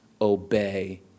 obey